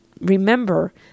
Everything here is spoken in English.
remember